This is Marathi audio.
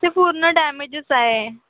ते पूर्ण डॅमेजचं आहे